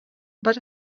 but